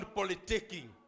politicking